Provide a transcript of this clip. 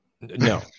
No